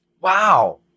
Wow